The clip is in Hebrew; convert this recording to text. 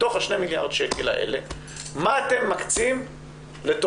מתוך ה-2 מיליארד שקל האלה מה אתם מקצים לטובת,